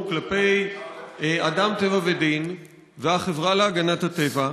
כלפי אדם טבע ודין והחברה להגנת הטבע,